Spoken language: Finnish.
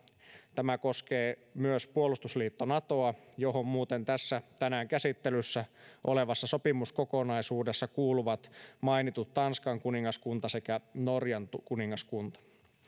tämä koskee myös puolustusliitto natoa johon muuten tässä tänään käsittelyssä olevassa sopimuskokonaisuudessa kuuluvat mainitut tanskan kuningaskunta sekä norjan kuningaskunta